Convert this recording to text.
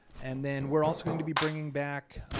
and then we're also going to be bringing back